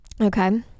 okay